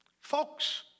Folks